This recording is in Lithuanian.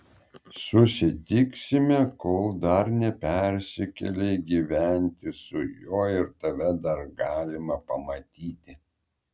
susitiksime kol dar nepersikėlei gyventi su juo ir tave dar galima pamatyti